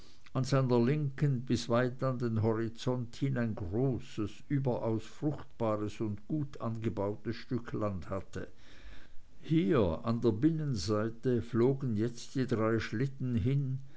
linken bis weit an den horizont hin ein großes überaus fruchtbares und gut angebautes stück land hatte hier an der binnenseite flogen jetzt die drei schlitten hin